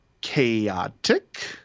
chaotic